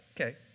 okay